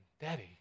Daddy